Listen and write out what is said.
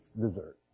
dessert